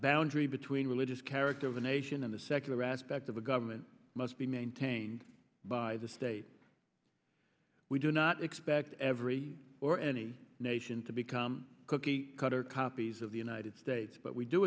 religious character of the nation and the secular aspect of a government must be maintained by the state we do not expect every or any nation to become cookie cutter copies of the united states but we do